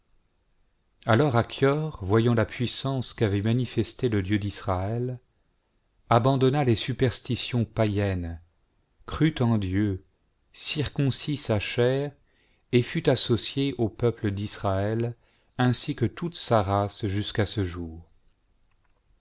alors achior voyant la puissance qu'avait manifestée le dieu d'israël abandonna les superstitions païennes crut en dieu circoncit sa chair et fut associé au peuple d'israël ainsi que toute sa race jusqu'à ce jour